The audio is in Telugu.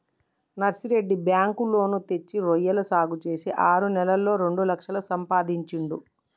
నర్సిరెడ్డి బ్యాంకు లోను తెచ్చి రొయ్యల సాగు చేసి ఆరు నెలల్లోనే రెండు లక్షలు సంపాదించిండు